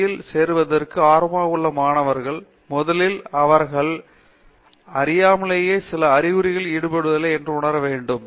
D இல் சேர்வதற்கு ஆர்வமாக உள்ள மாணவர்கள் முதலில் அவர்கள் அறியாமலேயே சில அறிகுறிகளில் ஈடுபடவில்லை என்பதை உணர வேண்டும்